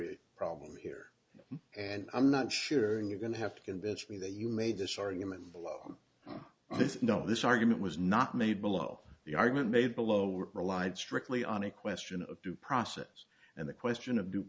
very problem here and i'm not sure you're going to have to convince me that you made this argument below this no this argument was not made below the argument made below or relied strictly on a question of due process and the question of due